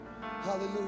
hallelujah